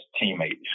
teammates